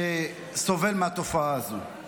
שסובל מהתופעה הזאת.